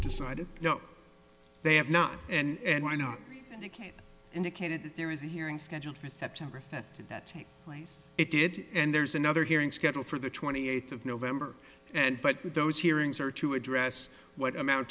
decided no they have not and why not indicated that there is a hearing scheduled for september fifth that it did and there's another hearing scheduled for the twenty eighth of november and but those hearings are to address what amount